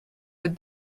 with